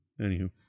anywho